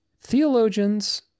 theologians